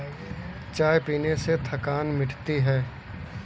चाय पीने से थकान मिटती है